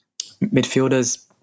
midfielders